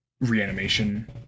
reanimation